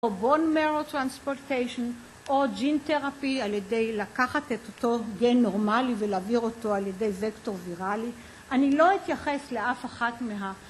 או ג'ין תראפי על ידי לקחת את אותו גן נורמלי ולהעביר אותו על ידי וקטור ויראלי אני לא אתייחס לאף אחת מה...